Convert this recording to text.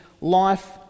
life